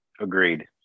Agreed